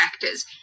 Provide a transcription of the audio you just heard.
factors